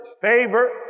favor